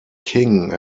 king